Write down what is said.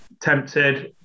tempted